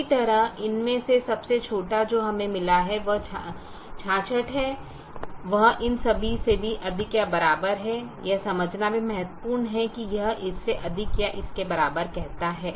उसी तरह इनमें से सबसे छोटा जो हमें मिला है वह 66 है वह इन सभी से भी अधिक या बराबर है यह समझना भी महत्वपूर्ण है कि यह इससे अधिक या इसके बराबर कहता है